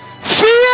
Fear